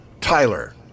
Tyler